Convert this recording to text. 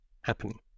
happening